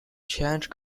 change